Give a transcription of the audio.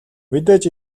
мэдээж